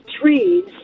trees